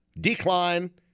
Decline